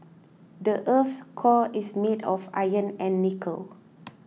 the earth's core is made of iron and nickel